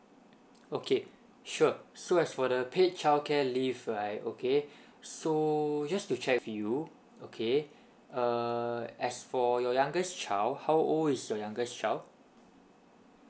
okay sure so as for the paid childcare leave right okay so just to check with you okay uh as for your youngest child how old is your youngest child